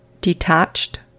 detached